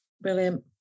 Brilliant